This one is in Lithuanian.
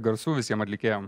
garsų visiem atlikėjam